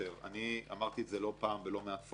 אמרתי לא פעם בלא מעט פורומים,